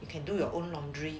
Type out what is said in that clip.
you can do your own laundry